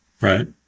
Right